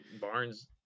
Barnes